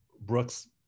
Brooks